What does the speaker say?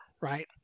right